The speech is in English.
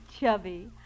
Chubby